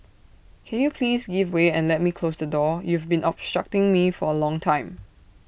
can you please give way and let me close the door you've been obstructing me for A long time